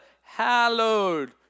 hallowed